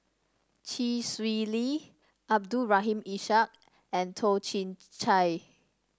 Chee Swee Lee Abdul Rahim Ishak and Toh Chin Chye